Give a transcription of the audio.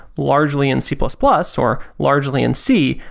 largely in c plus plus or largely in c,